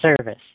service